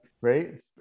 right